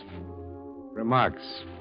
Remarks